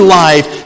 life